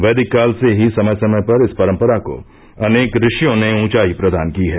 वैदिक काल से ही समय समय पर इस परम्परा को अनेक ऋशियों ने ऊंचाई प्रदान की है